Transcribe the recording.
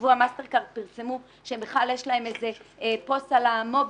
השבוע מסטרכארד פרסמו שבכלל יש להם איזה פוסט על המובייל,